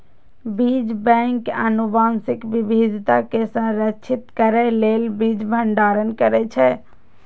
बीज बैंक आनुवंशिक विविधता कें संरक्षित करै लेल बीज भंडारण करै छै